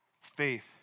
faith